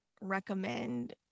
recommend